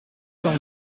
cent